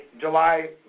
July